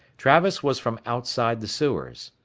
travis was from outside the sewers,